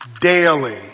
daily